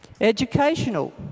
Educational